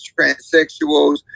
transsexuals